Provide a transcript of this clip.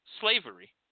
slavery